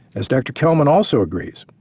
as dr. kellman also agrees,